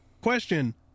Question